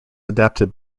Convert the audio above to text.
adapted